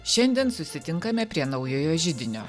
šiandien susitinkame prie naujojo židinio